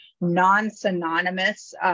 non-synonymous